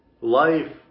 Life